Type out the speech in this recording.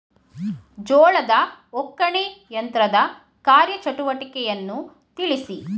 ಜೋಳದ ಒಕ್ಕಣೆ ಯಂತ್ರದ ಕಾರ್ಯ ಚಟುವಟಿಕೆಯನ್ನು ತಿಳಿಸಿ?